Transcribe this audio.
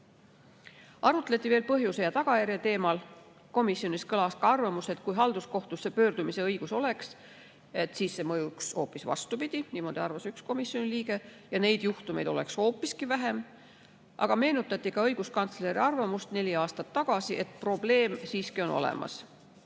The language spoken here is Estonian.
Arutleti veel põhjuse ja tagajärje teemal. Komisjonis kõlas ka arvamus, et kui halduskohtusse pöördumise õigus oleks, siis see mõjuks hoopis vastupidi – niimoodi arvas üks komisjoni liige – ja neid juhtumeid oleks hoopiski vähem. Aga meenutati ka õiguskantsleri arvamust neli aastat tagasi, et probleem on siiski olemas.